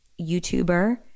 YouTuber